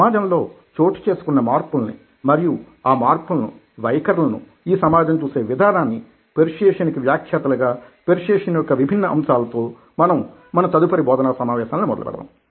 సమాజంలో చోటు చేసుకున్న మార్పులని మరియు ఆ మార్పులను వైఖరులను ఈ సమాజం చూసే విధానాన్ని పెర్సుయేసన్ కి వ్యాఖ్యాతలు గా పెర్సుయేసన్ యొక్క విభిన్న అంశాలతో మనం మన తదుపరి బోధనా సమావేశాలని మొదలుపెడదాం